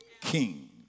king